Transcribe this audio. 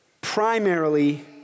primarily